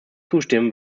zustimmen